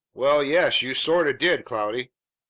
well, yes, you sorta did, cloudy.